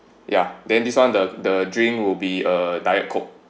ya then this one the the drink will be uh diet coke